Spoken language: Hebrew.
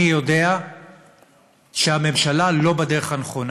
אני יודע שהממשלה לא בדרך הנכונה